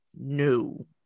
no